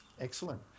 excellent